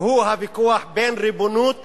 והוא הוויכוח בין ריבונות